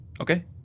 Okay